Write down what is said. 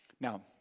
Now